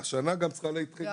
ואחר כך יז,